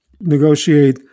negotiate